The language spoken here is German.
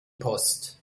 post